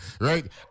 right